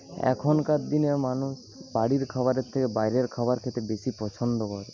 এখনকার দিনের মানুষ বাড়ির খাবারের থেকে বাইরের খাবার খেতে বেশি পছন্দ করে